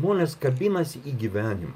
žmonės kabinasi į gyvenimą